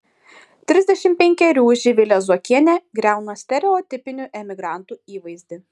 trisdešimt penkerių živilė zuokienė griauna stereotipinių emigrantų įvaizdį